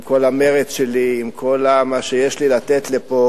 עם כל המרץ שלי, עם כל מה שיש לי לתת פה,